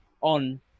on